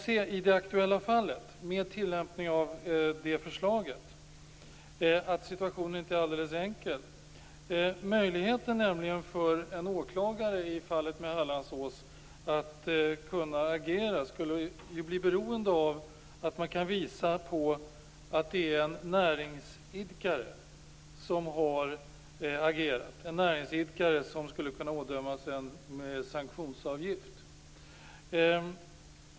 I det aktuella fallet kan man med tillämpning av det förslaget se att situationen inte är helt enkel. Möjligheten för en åklagare att agera i fallet med Hallandsås skulle nämligen bli beroende av att man kan visa att det är en näringsidkare som har agerat och som skulle kunna ådömas en sanktionsavgift.